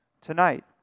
tonight